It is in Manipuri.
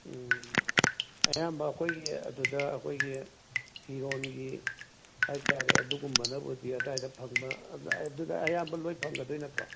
ꯎꯝ ꯑꯌꯥꯝꯕ ꯑꯩꯈꯣꯏꯒꯤ ꯑꯗꯨꯗ ꯑꯩꯈꯣꯏꯒꯤ ꯐꯤꯔꯣꯟꯒꯤ ꯍꯥꯏ ꯇꯥꯔꯦ ꯑꯗꯨꯒꯨꯝꯕꯅꯕꯨꯗꯤ ꯑꯗꯥꯏꯗ ꯐꯪꯕ ꯑꯗꯨꯗ ꯑꯗꯨꯗ ꯑꯌꯥꯝꯕ ꯂꯣꯏ ꯐꯪꯒꯗꯣꯏ ꯅꯠꯇ꯭ꯔꯣ